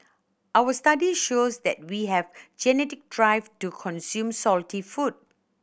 our study shows that we have genetic drive to consume salty food